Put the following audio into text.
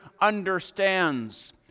understands